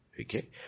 Okay